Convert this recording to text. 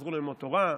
חזרו ללמוד תורה,